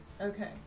Okay